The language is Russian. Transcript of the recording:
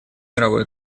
мировой